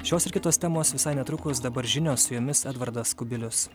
šios ir kitos temos visai netrukus dabar žinios su jomis edvardas kubilius